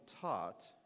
taught